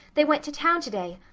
they went to town today.